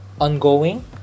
ongoing